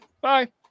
Bye